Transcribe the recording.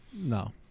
no